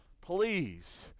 please